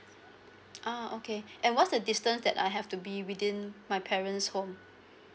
uh okay and what's the distance that I have to be within my parents home